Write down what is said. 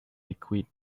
liquid